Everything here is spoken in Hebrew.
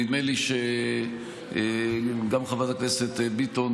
נדמה לי שגם חברת הכנסת ביטון,